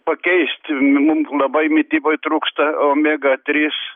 pakeist mum labai mityboj trūksta omega trys